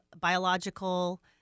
biological